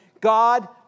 God